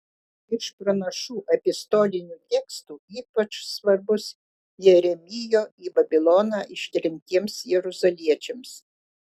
iš pranašų epistolinių tekstų ypač svarbus jeremijo į babiloną ištremtiems jeruzaliečiams